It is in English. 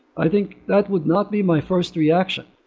i think that would not be my first reaction.